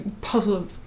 puzzle